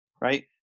right